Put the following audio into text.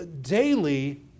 daily